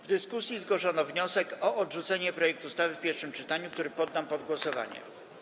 W dyskusji zgłoszono wniosek o odrzucenie projektu ustawy w pierwszym czytaniu, który poddam pod głosowanie.